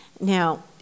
Now